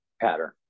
pattern